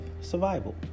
survival